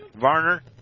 Varner